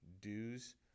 dues